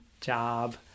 job